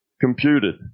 computed